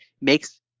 makes